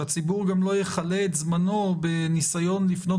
שהציבור לא יכלה את זמנו בניסיון לפנות